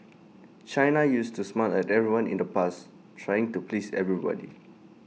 China used to smile at everyone in the past trying to please everybody